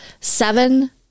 seven